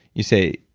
you say,